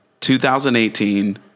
2018